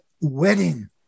wedding